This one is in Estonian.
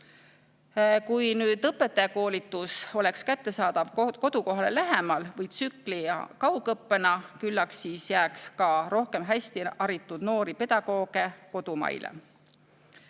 Kui õpetajakoolitus oleks kättesaadav kodukohale lähemal või tsükli- ja kaugõppena, küllap siis jääks ka rohkem hästi haritud noori pedagooge kodumaile.